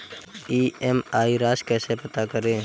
EMI राशि कैसे पता करें?